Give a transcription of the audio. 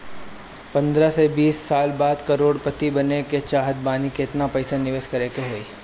पंद्रह से बीस साल बाद करोड़ पति बने के चाहता बानी केतना पइसा निवेस करे के होई?